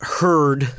heard